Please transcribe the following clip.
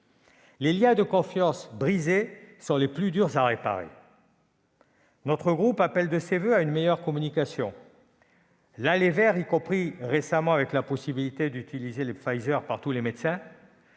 Les liens de confiance brisés sont les plus durs à réparer. Notre groupe appelle de ses voeux une meilleure communication :« l'aller vers », y compris, récemment, grâce à la possibilité donnée à tous les médecins